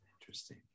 Interesting